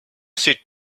sit